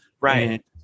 Right